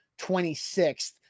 26th